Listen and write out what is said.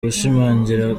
gushimangira